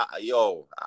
yo